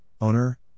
owner